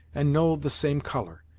and no the same colour,